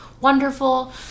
wonderful